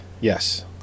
Yes